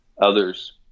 others